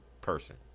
person